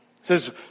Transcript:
says